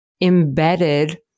embedded